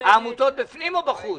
העמותות בפנים או בחוץ?